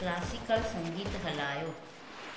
classical संगीत हलायो